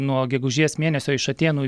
nuo gegužės mėnesio iš atėnų